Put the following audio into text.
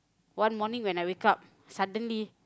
one morning when I wake up suddenly